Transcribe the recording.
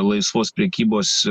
laisvos prekybos